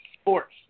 Sports